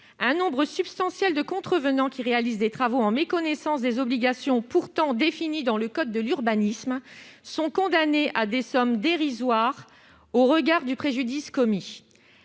Un nombre important de contrevenants qui réalisent des travaux en méconnaissance des règles pourtant définies par le code de l'urbanisme sont condamnés à verser des sommes dérisoires au regard du préjudice commis.